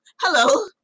hello